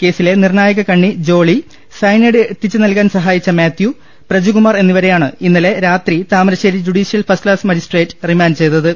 കേസിലെ നിർണായക കണ്ണി ജോളി സയനൈഡ് എത്തിച്ച് നല്കാൻ സഹായിച്ച മാത്യു പ്രജുകുമാർ എന്നിവരെയാണ് ഇന്നലെ രാത്രി താമരശ്ശേരി ജുഡീഷ്യൽ ഫസ്റ്റ് ക്സാസ് മജിസ് റിമാൻഡ് ചെയ്തത്